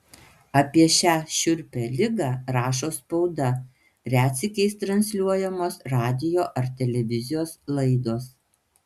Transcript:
apie šią šiurpią ligą rašo spauda retsykiais transliuojamos radijo ar televizijos laidos